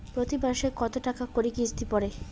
প্রতি মাসে কতো টাকা করি কিস্তি পরে?